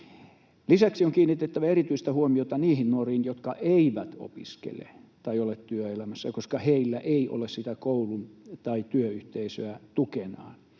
Lisäksi on kiinnitettävä erityistä huomiota niihin nuoriin, jotka eivät opiskele tai ole työelämässä, koska heillä ei ole sitä koulu- tai työyhteisöä tukenaan.